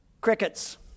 Crickets